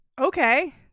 Okay